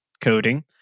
coding